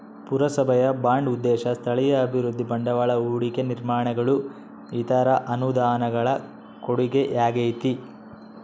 ಪುರಸಭೆಯ ಬಾಂಡ್ ಉದ್ದೇಶ ಸ್ಥಳೀಯ ಅಭಿವೃದ್ಧಿ ಬಂಡವಾಳ ಹೂಡಿಕೆ ನಿರ್ಮಾಣಗಳು ಇತರ ಅನುದಾನಗಳ ಕೊಡುಗೆಯಾಗೈತೆ